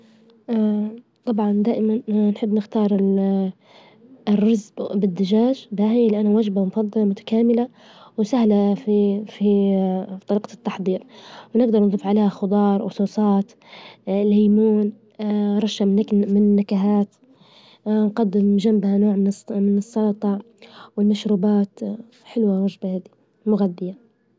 طبعا دائما نحب نختارال- الرز بالدجاج باهي، لأنه وجبة مفظلة متكاملة وسهلة في- في طريجة التحظير، ونجدر نظيف عليها خظا، ر وصوصات ليمون رشة من النكهات، نجدم جنبها نوع من السلطات، والمشروبات، حلوة، ومشبعة، ومغذية.